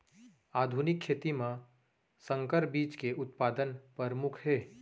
आधुनिक खेती मा संकर बीज के उत्पादन परमुख हे